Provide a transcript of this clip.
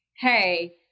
Hey